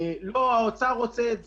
לא האוצר רוצה את זה,